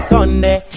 Sunday